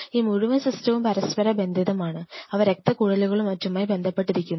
ഈ മുഴുവൻ സിസ്റ്റവും പരസ്പര ബന്ധിതമാണ് അവ രക്തക്കുഴലുകളും മറ്റുമായി ബന്ധപ്പെട്ടിരിക്കുന്നു